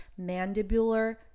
mandibular